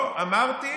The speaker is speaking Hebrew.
מעולם לא אמרתי.